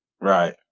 Right